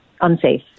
unsafe